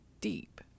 deep